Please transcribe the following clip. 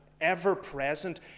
ever-present